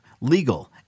legal